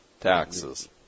taxes